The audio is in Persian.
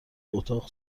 اتاق